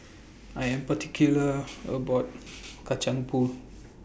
I Am particular about Kacang Pool